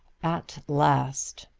at last.